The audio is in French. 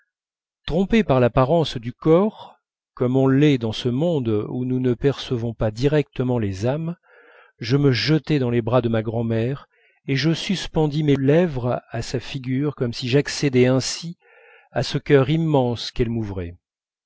trompé par l'apparence du corps comme on l'est dans ce monde où nous ne percevons pas directement les âmes je me jetai dans les bras de ma grand'mère et je suspendis mes lèvres à sa figure comme si j'accédais ainsi à ce cœur immense qu'elle m'ouvrait